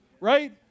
right